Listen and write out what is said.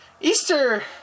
Easter